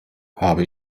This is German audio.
habe